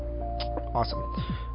awesome